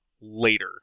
later